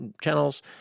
channels